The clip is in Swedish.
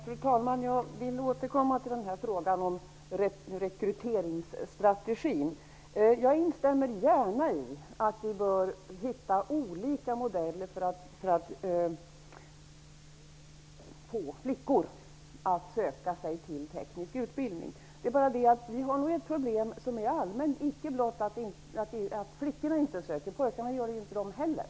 Fru talman! Låt mig återkomma till frågan om rekryteringsstrategin. Jag instämmer gärna i att vi bör hitta olika modeller för att få flickor att söka sig till teknisk utbildning. Problemet är dock allmänt. Det gäller icke blott att flickor inte söker; det gör inte pojkar heller.